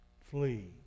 flee